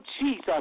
Jesus